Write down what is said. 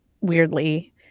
weirdly